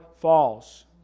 falls